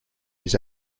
his